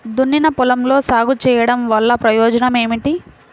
దున్నిన పొలంలో సాగు చేయడం వల్ల ప్రయోజనం ఏమిటి?